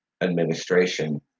administration